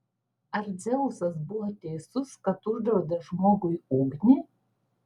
ar dzeusas buvo teisus kad uždraudė žmogui ugnį